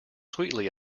sweetly